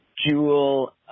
jewel